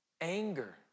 Anger